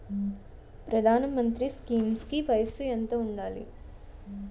ప్రధాన మంత్రి స్కీమ్స్ కి వయసు ఎంత ఉండాలి?